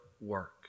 work